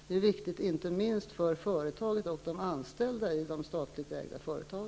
Det är viktigt inte minst för de statliga företagen och de anställda i dessa företag.